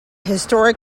historic